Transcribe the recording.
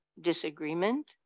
disagreement